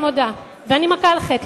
אני מודה ומכה על חטא,